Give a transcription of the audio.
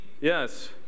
Yes